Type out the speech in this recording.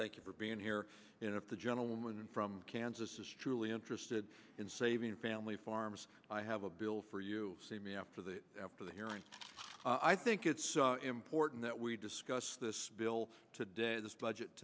thank you for being here the gentleman from kansas is truly interested in saving the family farms i have a bill for you see me after the after the hearing i think it's important that we discuss this bill today this budget